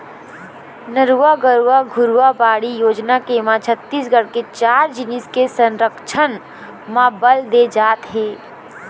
नरूवा, गरूवा, घुरूवा, बाड़ी योजना के म छत्तीसगढ़ के चार जिनिस के संरक्छन म बल दे जात हे